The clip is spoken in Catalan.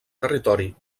territori